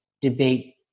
debate